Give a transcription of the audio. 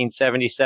1977